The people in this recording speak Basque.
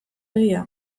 egia